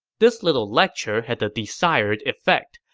this little lecture had the desired effect,